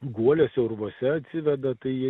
guoliuose urvuose atsiveda tai jie